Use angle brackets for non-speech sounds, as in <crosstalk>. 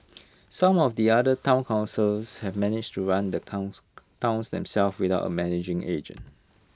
some of the other Town councils have managed to run the <unintelligible> towns themselves without A managing agent